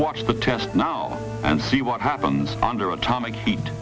watch the test now and see what happens under atomic heat